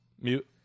mute